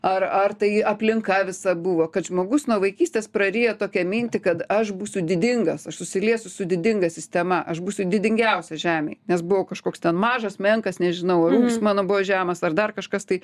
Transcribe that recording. ar ar tai aplinka visa buvo kad žmogus nuo vaikystės praryja tokią mintį kad aš būsiu didingas aš susiliesiu su didinga sistema aš būsiu didingiausias žemėj nes buvau kažkoks ten mažas menkas nežinau ar ūgis mano buvo žemas ar dar kažkas tai